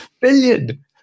billion